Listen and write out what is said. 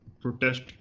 protest